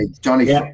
johnny